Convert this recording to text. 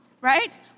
right